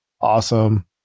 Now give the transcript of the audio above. Awesome